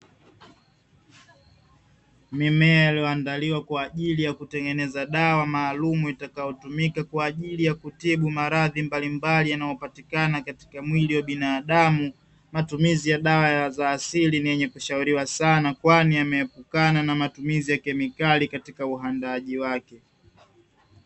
Mimea iliyoandaliwa kwa ajili ya kutengeneza dawa maalumu itakayotumika kwa ajili ya kutibu maradhi mbalimbali yanayopatikana katika mwili wa binadamu, matumizi ya dawa za asili ni yenye kushauriwa sana, kwani yameepukana na matumizi kemikali katika uandaaji wake.